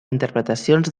interpretacions